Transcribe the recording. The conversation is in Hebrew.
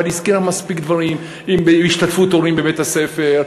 אבל היא הזכירה מספיק דברים: תשלומי הורים בבית-הספר,